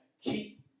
keep